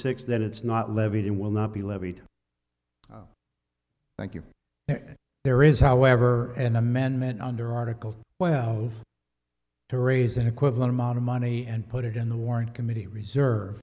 six that it's not levied it will not be levied thank you and there is however an amendment under article wells to raise an equivalent amount of money and put it in the warren committee reserve